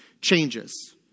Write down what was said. changes